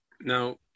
Now